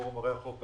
פורום ערי החוף,